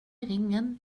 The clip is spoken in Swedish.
ingen